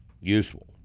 useful